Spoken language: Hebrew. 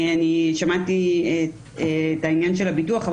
שמעתי את העניין של הביטוח,